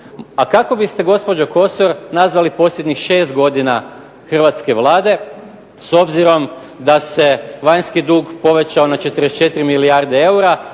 A kako biste gospođo Kosor nazvali posljednjih šest godina hrvatske Vlade s obzirom da se vanjski dug povećao na 44 milijarde eura,